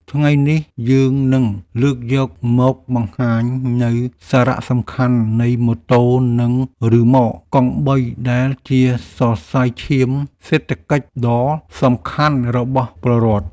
ថ្ងៃនេះយើងនឹងលើកយកមកបង្ហាញនូវសារៈសំខាន់នៃម៉ូតូនិងរ៉ឺម៉កកង់បីដែលជាសរសៃឈាមសេដ្ឋកិច្ចដ៏សំខាន់របស់ពលរដ្ឋ។